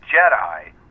Jedi